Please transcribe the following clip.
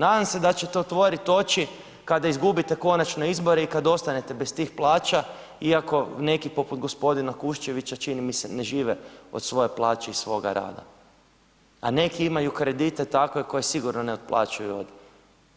Nadam se da ćete otvoriti oči kada izgubite konačno izbore i kada ostanete bez tih plaća iako neki poput gospodina Kuščevića čini mi se ne žive od svoje plaće i svoga rada, a neki imaju kredite takve koje sigurno ne otplaćuju